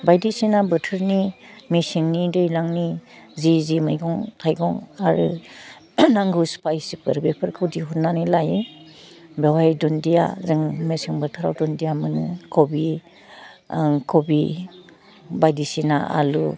बायदिसिना बोथोरनि मेसेंनि दैलांनि जि जि मैगं थाइगं आरो नांगौ स्पाइसिफोर बेफोरखौ दिहुननानै लायो बावहाय दुनदिया जों मेसें बोथोराव दुनदिया मोनो कभि ओं कभि बायदिसिना आलु